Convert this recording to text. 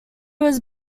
was